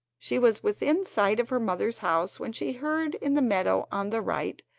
she was within sight of her mother's house when she heard in the meadow on the right,